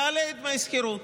יעלה את דמי השכירות.